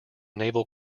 naval